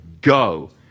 go